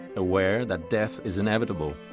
aware that death is inevitable,